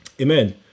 Amen